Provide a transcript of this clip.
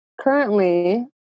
currently